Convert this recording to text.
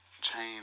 change